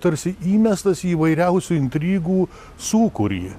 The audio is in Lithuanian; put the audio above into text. tarsi įmestas į įvairiausių intrigų sūkurį